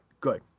good